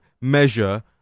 measure